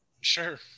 sure